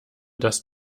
dass